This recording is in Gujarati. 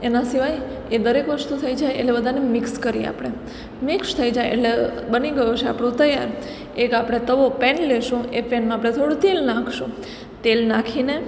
એના સિવાય એ દરેક વસ્તુ થઈ જાય એટલે બધાને મિક્સ કરીએ આપડે મિક્ષ થઈ જાય એટલે બની ગયો છે તૈયાર એક આપણે તવો પેન લઇશું એ પેનમાં આપણે થોડું તેલ નાખીશું તેલ નાખીને